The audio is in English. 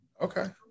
Okay